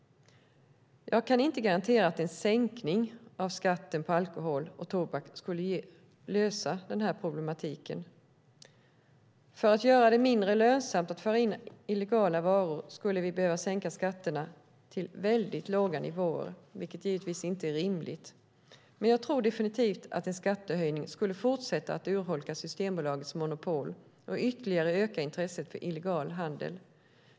Jag kan inte garantera att en sänkning av skatten på alkohol och tobak skulle lösa problematiken. För att göra det mindre lönsamt att föra in illegala varor skulle vi behöva sänka skatterna till väldigt låga nivåer, vilket givetvis inte är rimligt. Men jag tror definitivt att en skattehöjning skulle fortsätta att urholka Systembolagets monopol och ytterligare öka intresset för illegal handel.